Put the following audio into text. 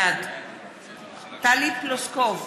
בעד טלי פלוסקוב,